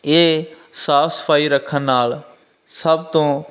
ਇਹ ਸਾਫ ਸਫਾਈ ਰੱਖਣ ਨਾਲ ਸਭ ਤੋਂ